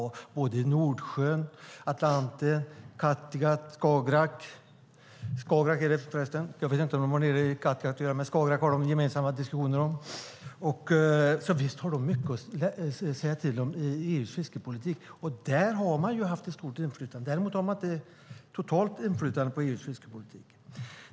Det gäller Nordsjön, Atlanten och Skagerrak, så visst har de mycket att säga till om i EU:s fiskeripolitik. Där har man haft ett stort inflytande. Däremot har man inte totalt inflytande på EU:s fiskeripolitik.